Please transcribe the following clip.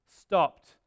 stopped